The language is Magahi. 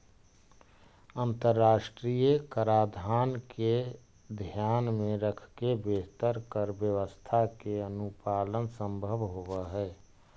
अंतरराष्ट्रीय कराधान के ध्यान में रखके बेहतर कर व्यवस्था के अनुपालन संभव होवऽ हई